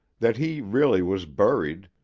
that he really was buried,